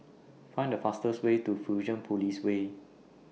Find The fastest Way to Fusionopolis Way